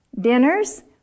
dinners